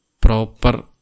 proper